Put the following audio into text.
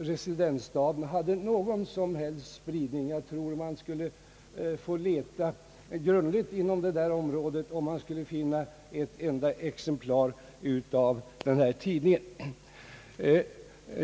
residensstaden inte hade någon som helst spridning. Jag tror att man skulle få leta grundligt inom det där området för att finna ett enda exemplar av denna tidning.